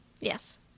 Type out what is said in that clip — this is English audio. yes